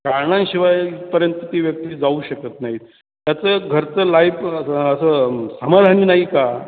कारणांशिवाय इथपर्यंत ती व्यक्ती जाऊ शकत नाहीत त्याचं घरचं लाईफ असं समधानी नाही का